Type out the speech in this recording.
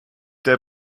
der